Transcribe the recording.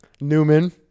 Newman